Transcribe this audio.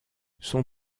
son